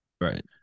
right